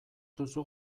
duzu